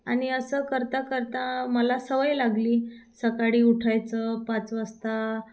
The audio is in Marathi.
आणि असं करता करता मला सवय लागली सकाळी उठायचं पाच वाजता